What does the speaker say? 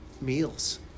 meals